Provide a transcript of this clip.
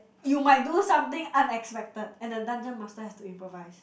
you might do something unexpected and the dungeon master has to improvise